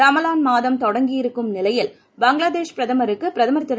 ரமலான் மாதம் தொடங்கியிருக்கும் நிலையில் பங்களாதேஷ் பிரதமருக்கு பிரதமர் திரு